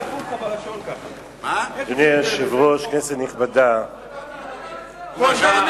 אדוני היושב-ראש, כנסת נכבדה, שלמה